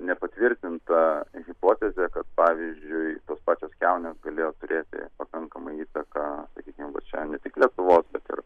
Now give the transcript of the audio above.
nepatvirtinta hipotezė kad pavyzdžiui tos pačios kiaunės galėjo turėti pakankamą įtaką kitiem vat čia ne tik lietuvos bet ir